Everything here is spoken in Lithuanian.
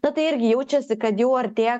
na tai irgi jaučiasi kad jau artėja